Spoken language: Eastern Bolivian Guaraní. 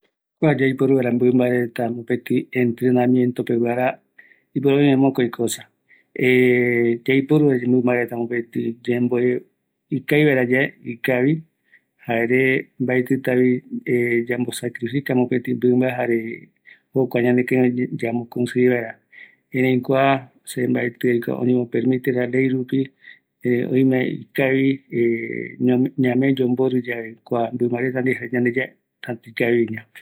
Oimeko kïräï mbɨmba reta ndive yayuvangaq vaera, mbaetɨreve yayungaiño mbɨmba retare, oimetako mboroaɨu, yomboete jaereta ndive, jaereta oipotaviko oyuvanga yande ndive